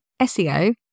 SEO